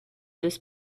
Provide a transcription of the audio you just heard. this